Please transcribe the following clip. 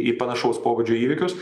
į panašaus pobūdžio įvykius